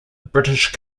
british